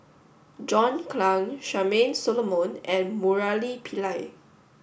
John Clang Charmaine Solomon and Murali Pillai